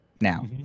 now